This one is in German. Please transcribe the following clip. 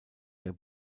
der